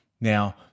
Now